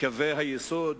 קווי היסוד,